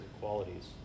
qualities